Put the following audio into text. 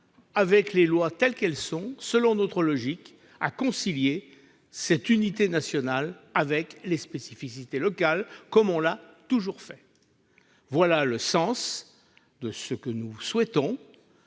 alors- je le pense -, selon notre logique, à concilier cette unité nationale avec les spécificités locales, comme on l'a toujours fait. Voilà ce que nous souhaitons.